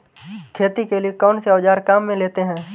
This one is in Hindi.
खेती के लिए कौनसे औज़ार काम में लेते हैं?